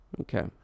Okay